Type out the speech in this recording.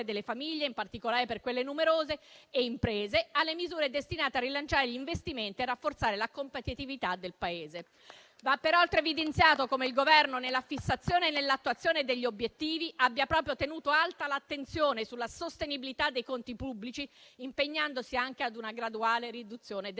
delle famiglie, in particolare per quelle numerose, e delle imprese, e le misure destinate a rilanciare gli investimenti e rafforzare la competitività del Paese. Va peraltro evidenziato come il Governo nella fissazione e nell'attuazione degli obiettivi abbia proprio tenuto alta l'attenzione sulla sostenibilità dei conti pubblici, impegnandosi anche a una graduale riduzione del